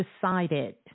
decided